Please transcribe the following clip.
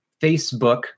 facebook